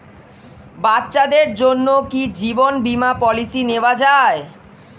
বাচ্চাদের জন্য কি জীবন বীমা পলিসি নেওয়া যায়?